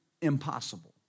impossible